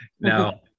now